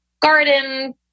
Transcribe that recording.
garden